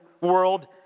world